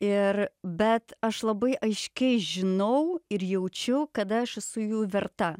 ir bet aš labai aiškiai žinau ir jaučiu kad aš esu jų verta